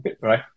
Right